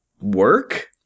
work